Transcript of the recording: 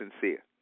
sincere